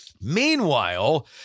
Meanwhile